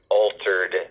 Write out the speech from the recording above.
altered